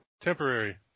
temporary